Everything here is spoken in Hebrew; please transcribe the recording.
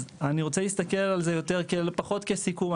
אני רוצה להסתכל על זה פחות כסיכום,